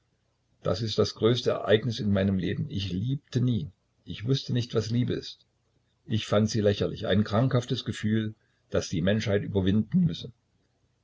das ist das größte ereignis in meinem leben ich liebte nie ich wußte nicht was liebe ist ich fand sie lächerlich ein krankhaftes gefühl das die menschheit überwinden müsse